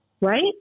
right